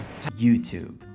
YouTube